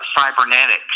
cybernetics